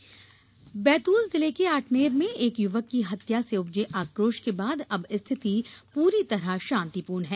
आठनेर शांति बैतूल जिले के आठनेर में एक युवक की हत्या से उपजे आकोश के बाद अब स्थिति पूरी तरह शांतिपूर्ण है